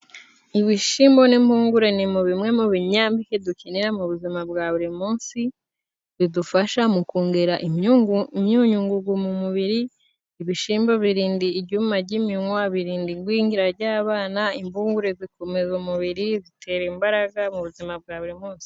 Ibishimbo n'impungure ni mu bimwe mu binyampeke dukenera mu buzima bwa buri munsi bidufasha mu kongera imyunyungugu mu mubiri ibishimbo birinda ijyuma jy'iminywa, birinda igwingira jy'abana, imbugure zikomeza umubiri, zitera imbaraga mu buzima bwa buri munsi.